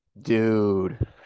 Dude